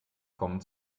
kommen